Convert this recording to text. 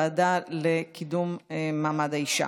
לוועדה לקידום מעמד האישה